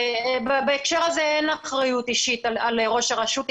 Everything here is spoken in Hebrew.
בהקשר הזה אין אחריות אישית על ראש הרשות,